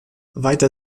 weiter